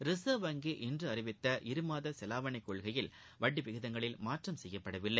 reserve வங்கி இன்று அறிவித்த இருமாத செலாவணி கொள்கையில் வட்டி விகிதங்களில் மாற்றம் செய்யப்படவில்லை